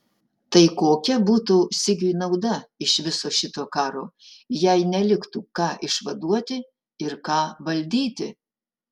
tai kokia būtų sigiui nauda iš viso šito karo jei neliktų ką išvaduoti ir ką valdyti